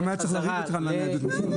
צביעות.